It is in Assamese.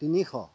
তিনিশ